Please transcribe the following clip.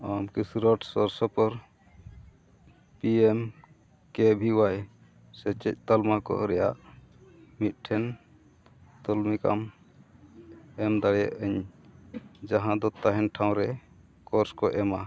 ᱟᱢ ᱠᱤ ᱥᱩᱨᱟᱴ ᱥᱳᱨᱥᱳᱯᱳᱨ ᱯᱤ ᱮᱢ ᱠᱮ ᱵᱷᱤ ᱚᱣᱟᱭ ᱥᱮᱪᱮᱫ ᱛᱟᱞᱢᱟ ᱠᱚ ᱨᱮᱭᱟᱜ ᱢᱤᱫᱴᱮᱱ ᱛᱟᱹᱞᱤᱠᱟᱢ ᱮᱢ ᱫᱟᱲᱮᱭᱟᱹᱧ ᱡᱟᱦᱟᱸ ᱫᱚ ᱛᱟᱦᱮᱱ ᱴᱷᱟᱶ ᱨᱮ ᱠᱳᱨᱥ ᱠᱚ ᱮᱢᱟ